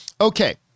okay